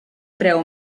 preu